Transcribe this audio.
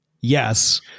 yes